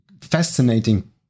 fascinating